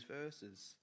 verses